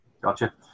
Gotcha